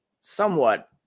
somewhat